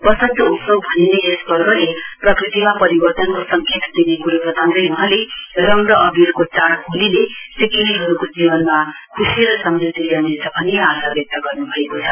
वसन्त उत्सव भनिने यस पर्वले प्रकृतिमा परिवर्तनको संकेत दिने क्रो वताउँदै वहाँले रंग र अवीरको चाइ होलीले सिक्किमेहरुको जीवनमा खुशी र समृद्धि ल्याउनेछ भन्ने आशा व्यक्त गर्नुभएको छ